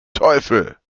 teufel